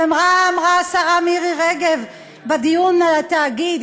ומה אמרה השרה מירי רגב בדיון על התאגיד?